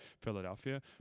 Philadelphia